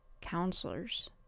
counselors